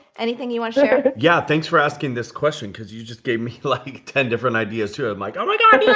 anything you want to share? but yeah, thanks for asking this question, because you just gave me like ten different ideas, too. i'm like, oh, my god, yeah